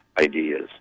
ideas